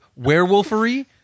werewolfery